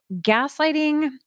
gaslighting